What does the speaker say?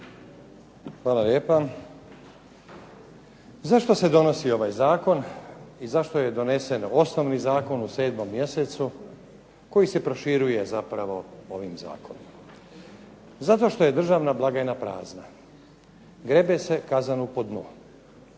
Hvala lijepa. Zašto se donosi ovaj Zakon, i zašto je donesen osnovni zakon u 7. mjesecu koji se proširuje ovim Zakonom, zato što je državna blagajna prazna, grebe se kazanu po dnu.